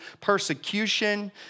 persecution